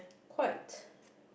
quite